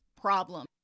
problem